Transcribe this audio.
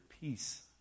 peace